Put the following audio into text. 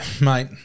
Mate